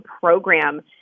program